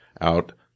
out